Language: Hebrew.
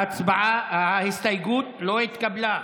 ההסתייגות לא התקבלה.